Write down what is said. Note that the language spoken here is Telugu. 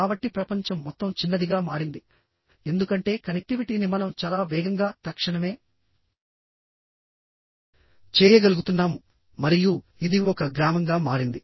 కాబట్టి ప్రపంచం మొత్తం చిన్నదిగా మారింది ఎందుకంటే కనెక్టివిటీని మనం చాలా వేగంగా తక్షణమే చేయగలుగుతున్నాము మరియు ఇది ఒక గ్రామంగా మారింది